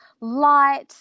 light